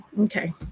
Okay